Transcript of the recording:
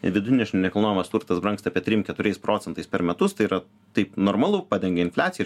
vidutiniškai nekilnojamas turtas brangsta apie trisešimt keturiais procentais per metus tai yra tai normalu padengia infliaciją